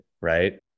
right